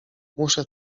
muszę